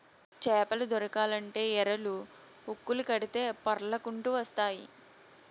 చేపలు దొరకాలంటే ఎరలు, హుక్కులు కడితే పొర్లకంటూ వస్తాయి